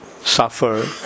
suffer